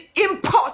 import